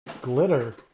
Glitter